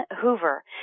Hoover